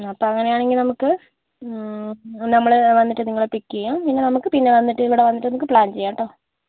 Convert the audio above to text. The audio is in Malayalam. ആ അപ്പോൾ അങ്ങനെയാണെങ്കിൽ നമുക്ക് നമ്മൾ വന്നിട്ട് നിങ്ങളെ പിക്ക് ചെയ്യാം പിന്നേ നമുക്ക് പിന്നെ വന്നിട്ട് ഇവിടേ വന്നിട്ട് നിങ്ങൾക്ക് പ്ലാൻ ചെയ്യാട്ടോ